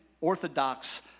orthodox